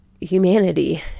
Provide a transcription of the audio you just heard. humanity